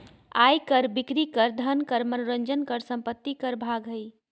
आय कर, बिक्री कर, धन कर, मनोरंजन कर, संपत्ति कर भाग हइ